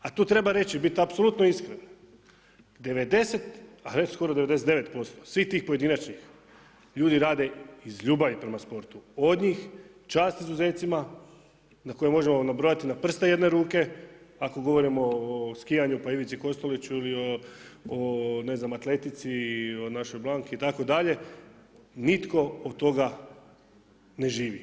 A tu treba reći i biti apsolutno iskren, 90, a skoro 99% svih tih pojedinačnih ljudi rade iz ljubavi prema sportu, od njih čast izuzecima koje možemo izbrojati na prste jedne ruke ako govorimo o skijanju pa Ivici Kosteliću ili ne znam o atletici i o našoj Blanki itd., nitko od toga ne živi.